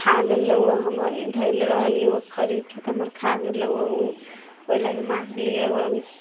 खा गेलौ हमर धैले रहलिऔ खरीदके तऽ हमर खा गेलौ ओ ओहि लागी मारलिऔ हम